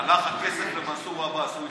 הלך הכסף למנסור עבאס.